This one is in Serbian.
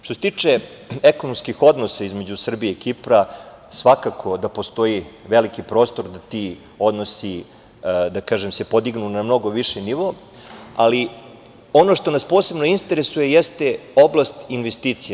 Što se tiče ekonomskih odnosa između Srbije i Kipra svakako da postoji veliki prostor da se ti odnosi, da kažem, podignu na mnogo viši nivo, ali ono što nas posebno interesuje jeste oblast investicija.